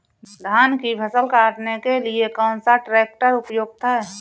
धान की फसल काटने के लिए कौन सा ट्रैक्टर उपयुक्त है?